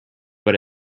but